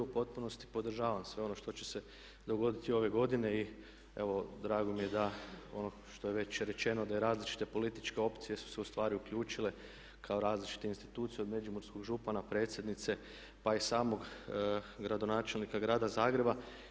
U potpunosti podržavam sve ono što će se dogoditi ove godine i evo drago mi je da ono što je već rečeno da različite političke opcije su se u stvari uključile kao različite institucije od međimurskog župana, predsjednice, pa i samog gradonačelnika grada Zagreba.